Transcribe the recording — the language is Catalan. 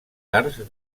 arts